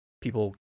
people